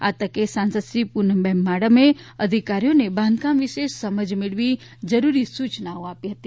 આ તકે સાંસદશ્રી પૂનમબેન માડમે અધિકારીઓને બાંધકામ વિશે જરૂરી સુચનાઓ આપી હતી